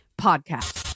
Podcast